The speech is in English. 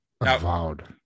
avowed